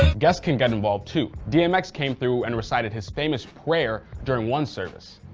guests can get involved too, dmx came through and recited his famous prayer during one service.